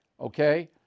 okay